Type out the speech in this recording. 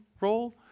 role